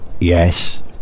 Yes